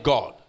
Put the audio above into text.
God